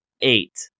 Eight